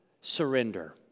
surrender